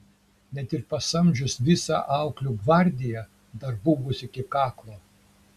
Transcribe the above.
net ir pasamdžius visą auklių gvardiją darbų bus iki kaklo